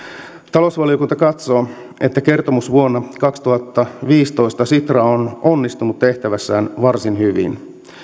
talousvaliokunta katsoo että kertomusvuonna kaksituhattaviisitoista sitra on onnistunut tehtävässään varsin hyvin